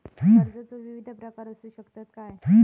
कर्जाचो विविध प्रकार असु शकतत काय?